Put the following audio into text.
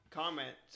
comment